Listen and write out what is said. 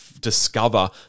discover